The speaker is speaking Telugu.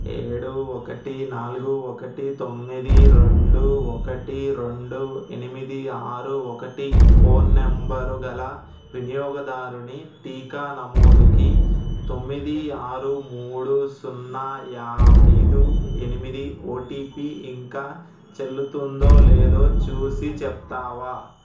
ఏడు ఒకటి నాలుగు ఒకటి తొమ్మిది రెండు ఒకటి రెండు ఎనిమిది ఆరు ఒకటి ఫోన్ నంబరు గల వినియోగదారుని టీకా నమోదుకి తొమ్మిది ఆరు మూడు సున్నా యా ఐదు ఎనిమిది ఓటీపీ ఇంకా చెల్లుతుందో లేదో చూసి చెప్తావా